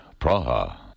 Praha